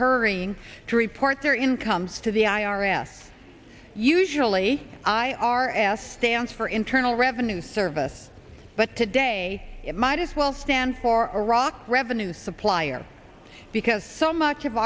hurrying to report their incomes to the i r s usually i r s stands for internal revenue service but today it might as well stand for iraq revenue supplier because so much of